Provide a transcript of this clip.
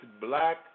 black